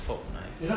folk knife